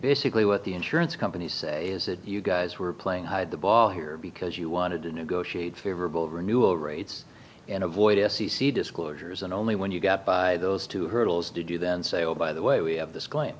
basically what the insurance companies say is that you guys were playing hide the ball here because you wanted to negotiate favorable renewal rates and avoid f c c disclosures and only when you got by those two hurdles did you then say oh by the way we have this claim